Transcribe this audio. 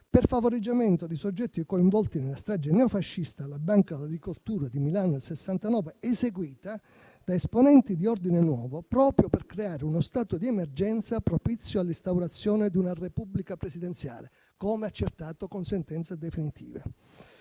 per favoreggiamento di soggetti coinvolti nella strage neofascista alla Banca dell'agricoltura di Milano nel 1969, eseguita da esponenti di Ordine Nuovo proprio per creare uno stato di emergenza propizio all'instaurazione di una Repubblica presidenziale, come accertato con sentenza definitiva.